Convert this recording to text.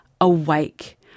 awake